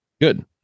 Good